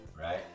Right